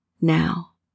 now